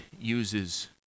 uses